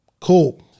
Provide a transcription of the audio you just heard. Cool